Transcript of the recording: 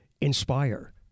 inspire